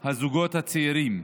הזוגות הצעירים.